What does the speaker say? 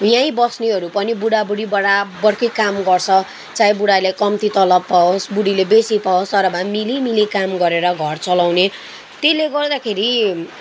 यहीँ बस्नेहरू पनि बुढा बुढी बराबरको काम गर्छ चाहे बुढाले कम्ती तलब पाओस् बुढीले बेसी पाओस् तर भए पनि मिलिमिली काम गरेर घर चलाउने त्यसले गर्दाखेरि